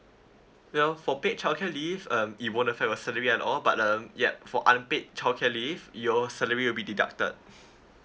well for paid childcare leave um it won't affect your salary at all but uh yup for unpaid childcare leave your salary will be deducted